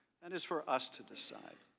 and is for us to decide.